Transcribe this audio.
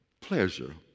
pleasure